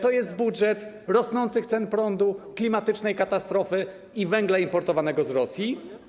To jest budżet rosnących cen prądu, klimatycznej katastrofy i węgla importowanego z Rosji.